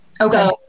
Okay